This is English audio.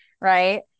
Right